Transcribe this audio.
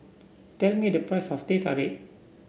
tell me the price of Teh Tarik